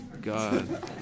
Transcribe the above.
God